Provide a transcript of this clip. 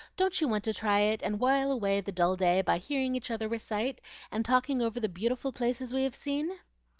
don't you want to try it, and while away the dull day by hearing each other recite and talking over the beautiful places we have seen?